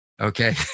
Okay